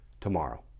tomorrow